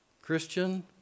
Christian